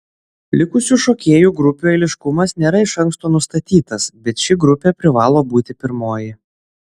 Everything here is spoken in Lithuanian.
likusių šokėjų grupių eiliškumas nėra iš anksto nustatytas bet ši grupė privalo būti pirmoji